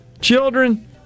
Children